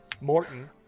Morton